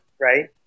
right